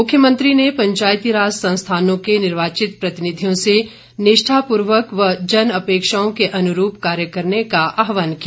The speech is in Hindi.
मुख्यमंत्री ने पंचायती राज संस्थानों के निर्वाचित प्रतिनिधियों से निष्ठापूर्वक व जन अपेक्षाओं के अनुरूप कार्य करने का आहवान किया